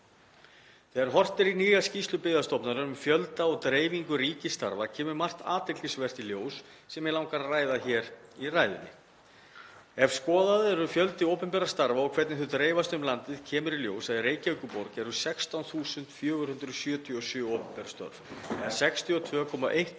Þegar horft er í nýja skýrslu Byggðastofnunar um fjölda og dreifingu ríkisstarfa kemur margt athyglisvert í ljós sem mig langar að ræða hér í ræðunni. Ef skoðaður er fjöldi opinberra starfa og hvernig þau dreifast um landið kemur í ljós að í Reykjavíkurborg eru 16.477 opinber störf eða 62,1%